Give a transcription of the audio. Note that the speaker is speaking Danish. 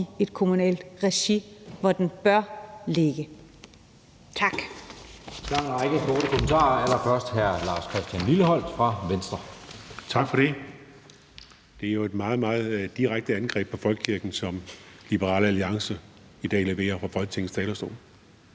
i kommunalt regi, hvor den bør ligge. Tak.